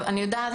אני יודעת,